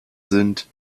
sind